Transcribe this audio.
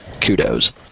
kudos